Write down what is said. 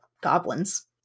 goblins